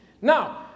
Now